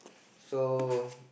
so